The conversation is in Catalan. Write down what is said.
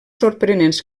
sorprenents